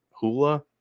Hula